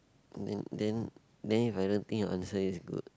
and then then then if I don't think your answer is good